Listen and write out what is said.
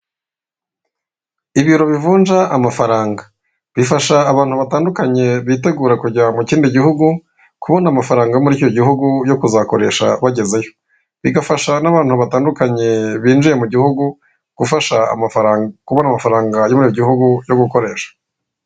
Ibiro bivunja amafaranga, bifasha abantu batandukanye bitegura kujya mu kindi gihugu, kubona amafaranga muri icyo gihugu yo kuzakoresha bagezeyo, bigafasha n'abantu batandukanye binjiye mu gihugu kubona amafaranga yo muri icyo gihugu yo gukoresha